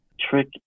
trick